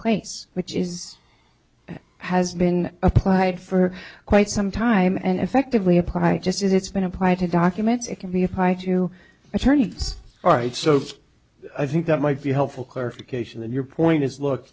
place which is and has been applied for quite some time and effectively applied just as it's been applied to documents it can be applied to attorneys all right so i think that might be helpful clarification to your point is look